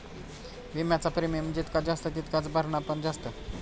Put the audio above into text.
विम्याचा प्रीमियम जितका जास्त तितकाच भरणा पण जास्त